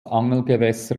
angelgewässer